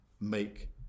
make